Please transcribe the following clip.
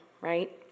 right